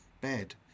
bed